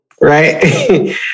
Right